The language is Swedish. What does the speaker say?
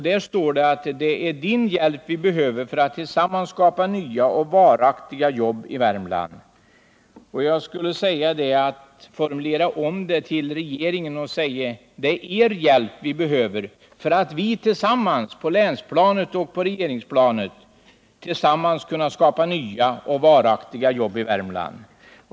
Där står: ”Det är din hjälp vi behöver för att tillsammans skapa nya och varaktiga jobb i Värmland.” Jag skulle kunna formulera om detta och säga till regeringen: Det är er hjälp vi behöver för att vi tillsammans på länsplanet och på regeringsplanet skall kunna skapa nya och varaktiga jobb i Värmland.